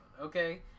okay